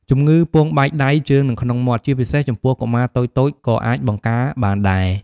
ជំងឺពងបែកដៃ ជើង និងក្នុងមាត់ ជាពិសេសចំពោះកុមារតូចៗ ក៏អាចបង្ការបានដែរ។